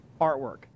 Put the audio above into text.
artwork